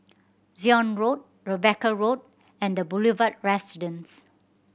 Zion Road Rebecca Road and The Boulevard Residence